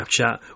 Snapchat